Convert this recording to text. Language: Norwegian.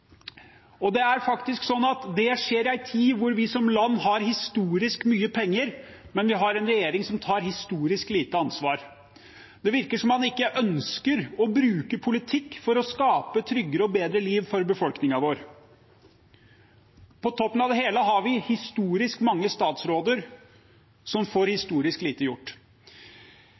Det skjer faktisk i en tid hvor vi som land har historisk mye penger, men vi har en regjering som tar historisk lite ansvar. Det virker som om man ikke ønsker å bruke politikk for å skape tryggere og bedre liv for befolkningen vår. På toppen av det hele har vi historisk mange statsråder som får historisk lite gjort.